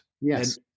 Yes